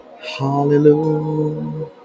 hallelujah